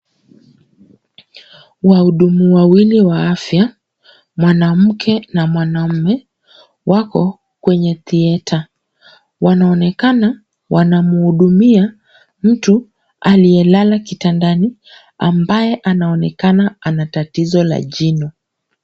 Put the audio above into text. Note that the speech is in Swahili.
Wahudumu wawili wa afya, mwanamke na mwanamme, wako kwenye theatre . Wanaonekana wanamuhudumia mtu aliye lala kitandani, ambaye anaonekana ana tatizo la jino.